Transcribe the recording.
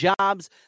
Jobs